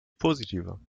positiver